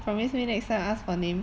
promise me next ask for name